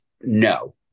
no